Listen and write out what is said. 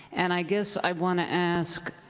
and i guess i want to ask,